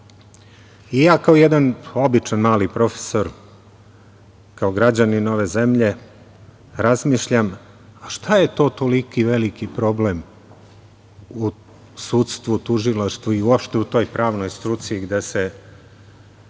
i ja kao jedan običan mali profesor, kao građanin ove zemlje razmišljam šta je to što je toliko veliki problem u sudstvu, tužilaštvu i uopšte u toj pravnoj struci gde se